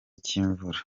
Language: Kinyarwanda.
cy’imvura